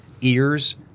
ears